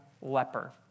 leper